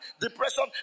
depression